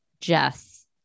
Jess